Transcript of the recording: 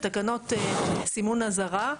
ותקנות סימון אזהרה.